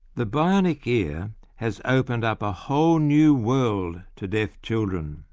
the bionic ear has opened up a whole new world to deaf children.